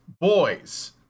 boys